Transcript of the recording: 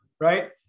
Right